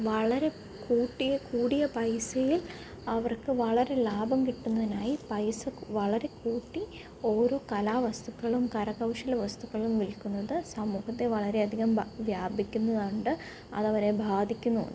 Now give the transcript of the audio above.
വളരെ കൂട്ടിയ കൂടിയ പൈസയില് അവര്ക്ക് വളരെ ലാഭം കിട്ടുന്നതിനായി പൈസ വളരെ കൂട്ടി ഓരോ കലാ വസ്തുക്കളും കരകൗശല വസ്തുക്കളും വില്ക്കുന്നത് സമൂഹത്തെ വളരെയധികം വ്യാപിക്കുന്നുണ്ട് അത് അവരെ ബാധിക്കുന്നുമുണ്ട്